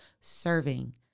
serving